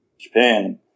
Japan